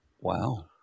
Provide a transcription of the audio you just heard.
Wow